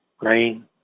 rain